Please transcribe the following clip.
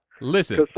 Listen